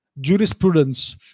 jurisprudence